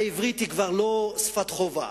העברית היא כבר לא שפת חובה.